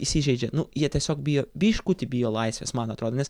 įsižeidžia nu jie tiesiog bijo biškutį bijo laisvės man atrodo nes